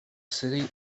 city